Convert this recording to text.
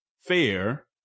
fair